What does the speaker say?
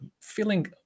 feeling